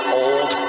old